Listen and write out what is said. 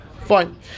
Fine